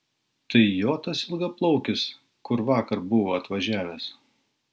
tai jo tas ilgaplaukis kur vakar buvo atvažiavęs